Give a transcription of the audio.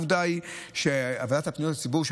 העובדה היא שהוועדה לפניות הציבור,